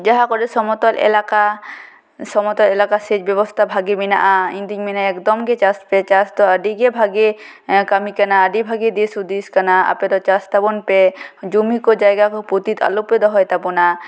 ᱡᱟᱦᱟᱸ ᱠᱚᱨᱮ ᱥᱚᱢᱚᱛᱚᱞ ᱮᱞᱟᱠᱟ ᱥᱚᱢᱚᱛᱚᱞ ᱮᱞᱟᱠᱟ ᱥᱮᱪ ᱵᱮᱵᱚᱥᱛᱟ ᱵᱷᱟᱜᱮ ᱢᱮᱱᱟᱜᱼᱟ ᱤᱧ ᱫᱚᱧ ᱢᱮᱱᱟ ᱮᱠᱫᱚᱢ ᱜᱮ ᱪᱟᱥ ᱯᱮ ᱪᱟᱥ ᱫᱚ ᱟᱹᱰᱤᱜᱮ ᱵᱷᱟᱜᱮ ᱠᱟᱹᱢᱤ ᱠᱟᱱᱟ ᱟᱹᱰᱤ ᱵᱷᱟᱜᱮ ᱫᱤᱥ ᱦᱩᱫᱤᱥ ᱠᱟᱱᱟ ᱟᱯᱮ ᱫᱚ ᱪᱟᱥ ᱛᱟᱵᱚᱱ ᱯᱮ ᱡᱚᱢᱤ ᱠᱚ ᱡᱟᱭᱜᱟ ᱠᱚ ᱯᱩᱛᱤᱛ ᱟᱞᱚᱯᱮ ᱫᱚᱦᱚᱭ ᱛᱟᱵᱚᱱᱟ